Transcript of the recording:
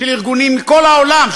של ארגונים מכל העולם,